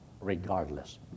regardless